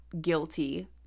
guilty